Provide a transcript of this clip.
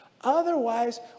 Otherwise